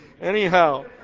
Anyhow